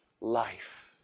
life